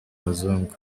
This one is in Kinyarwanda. abazungu